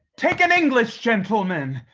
take an english gentleman!